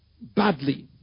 badly